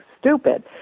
stupid